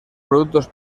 productos